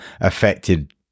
affected